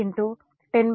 ఇది 0